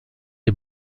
est